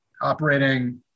operating